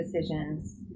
decisions